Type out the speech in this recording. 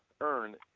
earn